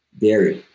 dairy.